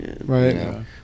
Right